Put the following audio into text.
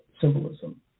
symbolism